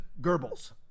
Goebbels